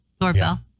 Doorbell